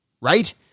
right